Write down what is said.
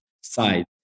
side